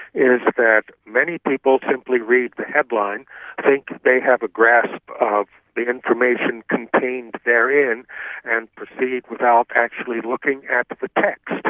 is that many people who simply read the headline think they have a grasp of the information contained therein and proceed without actually looking at but the text.